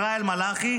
ישראל מלאכי,